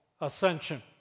ascension